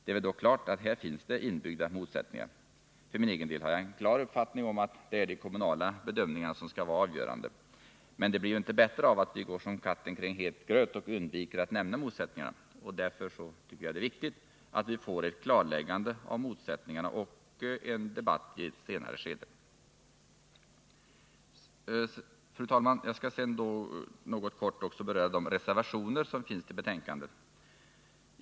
Det är väl dock klart att här finns det inbyggda motsättningar. För min egen del har jag en klar uppfattning, att det är de kommunala bedömningarna som skall vara avgörande. Men det blir ju inte bättre av att vi går som katten kring het gröt och undviker att nämna motsättningarna. Det är därför viktigt, tycker jag, att vi får ett klarläggande av motsättningarna och en debatt i ett senare skede. Fru talman! Jag skall också i korthet beröra reservationerna vid betänkandet.